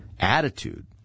attitude